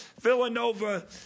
Villanova